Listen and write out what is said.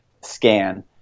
scan